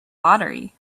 lottery